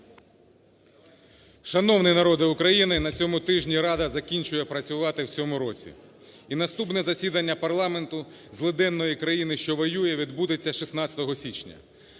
Шановний народе України! На цьому тижні Рада закінчує працювати в цьому році, і наступне засідання парламенту злиденної країни, що воює, відбудеться 16 січня.